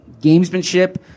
Gamesmanship